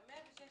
שה-106,